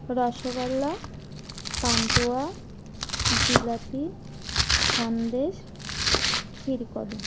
rasgulla pantua jilapi sandesh ক্ষীরকদম্ব